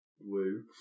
Woo